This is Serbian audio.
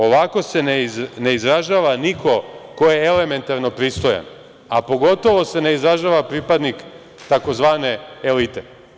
Ovako se ne izražava niko ko je elementarno pristojan, a pogotovo se ne izražava pripadnik tzv. elite.